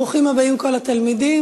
ברוכים הבאים כל התלמידים.